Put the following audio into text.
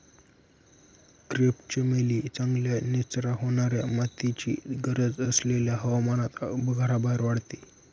crepe चमेली चांगल्या निचरा होणाऱ्या मातीची गरज असलेल्या हवामानात घराबाहेर वाढते